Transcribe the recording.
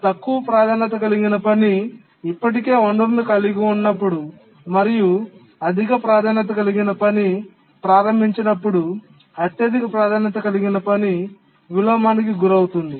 తక్కువ ప్రాధాన్యత కలిగిన పని ఇప్పటికే వనరును కలిగి ఉన్నప్పుడు మరియు అధిక ప్రాధాన్యత కలిగిన పని ప్రారంభించబడినప్పుడు అత్యధిక ప్రాధాన్యత కలిగిన పని విలోమానికి గురవుతుంది